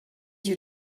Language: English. you